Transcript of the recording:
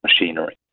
machinery